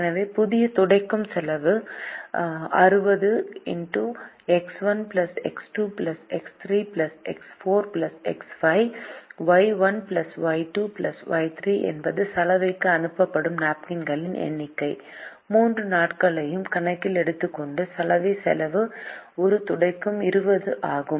எனவே புதிய துடைக்கும் செலவு 60 X1 X2 X3 X4 X5 ¿ Y 1 Y 2 Y3 என்பது சலவைக்கு அனுப்பப்படும் நாப்கின்களின் எண்ணிக்கை 3 நாட்களையும் கணக்கில் எடுத்துக் கொண்டு சலவை செலவு ஒரு துடைக்கும் 20 ஆகும்